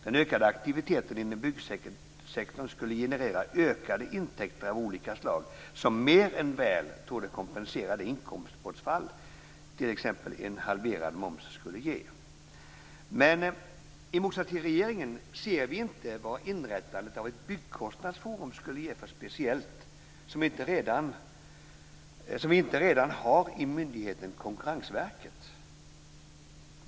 Den ökade aktiviteten inom byggsektorn skulle generera ökade intäkter av olika slag som mer än väl torde kompensera det inkomstbortfall som t.ex. en halverad moms skulle ge. Men i motsats till regeringen ser vi inte vad inrättandet av ett byggkostnadsforum skulle ge för speciellt som vi inte redan har i myndigheten Konkurrensverket.